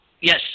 Yes